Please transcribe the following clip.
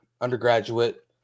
undergraduate